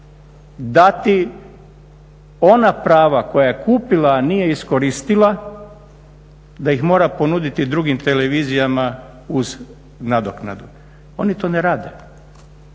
dati ona prava koja je kupila, a nije iskoristila, da ih mora ponuditi drugim televizijama uz nadoknadu. Oni to ne rade.